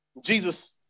Jesus